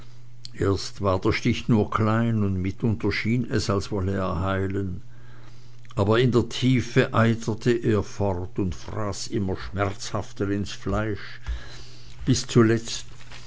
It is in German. erst war der stich nur klein und mitunter schien es als wolle er heilen aber in der tiefe eiterte er fort und fraß immer schmerzhafter ins fleisch bis zuletzt